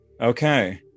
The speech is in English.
Okay